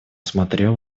смотрел